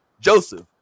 Joseph